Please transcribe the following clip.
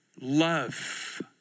love